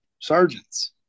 sergeants